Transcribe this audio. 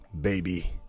baby